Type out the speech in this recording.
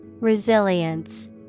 Resilience